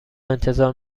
انتظار